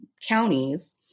counties